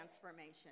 transformation